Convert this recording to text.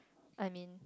I mean